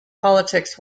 politics